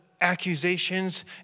accusations